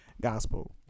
gospel